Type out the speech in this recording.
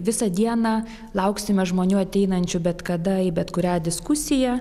visą dieną lauksime žmonių ateinančių bet kada į bet kurią diskusiją